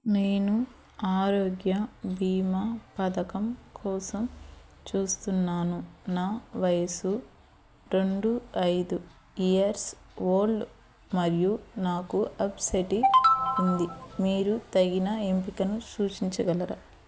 నేను ఆరోగ్య బీమా పథకం కోసం చూస్తున్నాను నా వయస్సు రెండు ఐదు ఇయర్స్ ఓల్డ్ మరియు నాకు అబ్సెటి ఉంది మీరు తగిన ఎంపికను సూచించగలరా